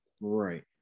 Right